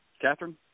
Catherine